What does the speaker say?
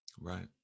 Right